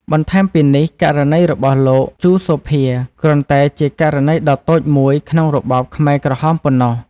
បន្ថែមពីនេះ ករណីរបស់លោក លោក ជូ សូភា គ្រាន់តែជាករណីដ៏តូចមួយក្នុងរបបខ្មែរក្រហមប៉ុណ្ណោះ។